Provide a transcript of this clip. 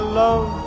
love